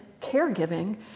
caregiving